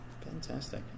Fantastic